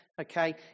okay